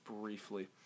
briefly